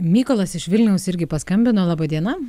mykolas iš vilniaus irgi paskambino laba diena